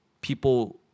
people